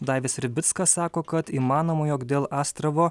daivis ribickas sako kad įmanoma jog dėl astravo